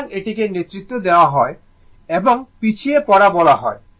সুতরাং এটিকে নেতৃত্ব দেওয়া এবং পিছিয়ে পড়া বলা হয়